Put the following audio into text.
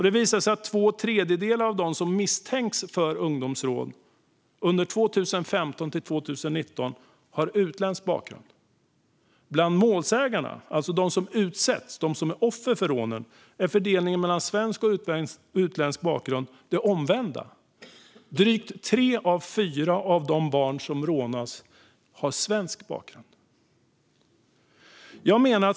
Det visar sig att två tredjedelar av dem som misstänkts för ungdomsrån mellan 2015 och 2019 har utländsk bakgrund. Bland målsägarna, alltså de som är offer för rånen, är fördelningen mellan svensk och utländsk bakgrund den omvända. Drygt tre av fyra av de barn som rånas har svensk bakgrund.